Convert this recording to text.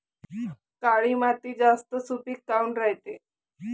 काळी माती जास्त सुपीक काऊन रायते?